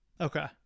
Okay